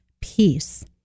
peace